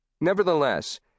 Nevertheless